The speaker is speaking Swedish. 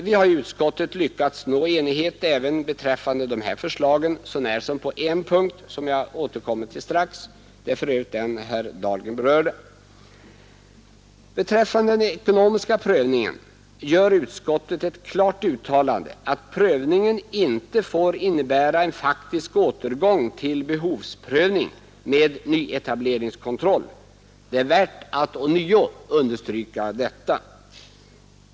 Vi har i utskottet lyckats nå enighet även beträffande dessa förslag så när som på en punkt som jag återkommer till strax — det är för övrigt den som herr Dahlgren berörde. Beträffande den ekonomiska prövningen gör utskottet ett klart uttalande att prövningen inte får innebära en faktisk återgång till behovsprövning med nyetableringskontroll. Det är värt att ånyo understryka detta.